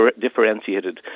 differentiated